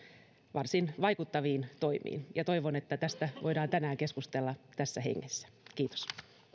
varsin vaikuttaviin toimiin toivon että tästä voidaan tänään keskustella tässä hengessä kiitos